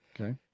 Okay